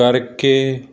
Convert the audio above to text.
ਕਰਕੇ